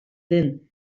den